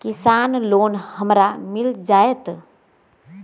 किसान लोन हमरा मिल जायत?